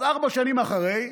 אז ארבע שנים אחרי,